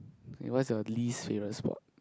okay what's your least favourite sport